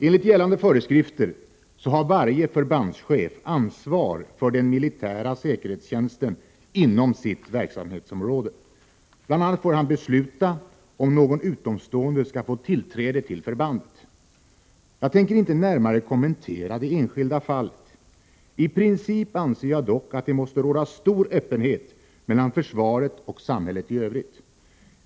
Enligt gällande föreskrifter har varje förbandschef ansvar för den militära säkerhetstjänsten inom sitt verksamhetsområde. Bl. a. får han besluta om någon utomstående skall få tillträde till förbandet. Jag tänker inte närmare kommentera det enskilda fallet. I princip anser jag dock att det måste råda stor öppenhet mellan försvaret och samhället i övrigt.